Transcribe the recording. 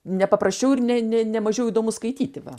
ne paprasčiau ir ne ne nemažiau įdomu skaityti va